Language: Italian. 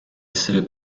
essere